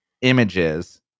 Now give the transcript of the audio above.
images